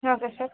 okay sir